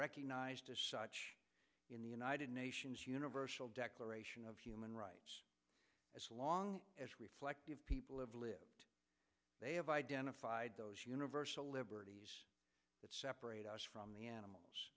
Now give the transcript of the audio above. recognized as such in the united nations universal declaration of human rights as long as reflective people have lived they have identified those universal liberties that separate us from the animals